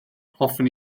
hoffwn